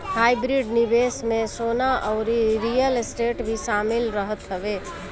hybrid निवेश में सोना अउरी रियल स्टेट भी शामिल रहत हवे